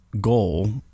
goal